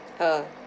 uh